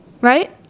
right